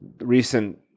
recent